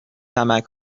نمک